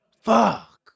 Fuck